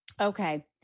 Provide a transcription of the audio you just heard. Okay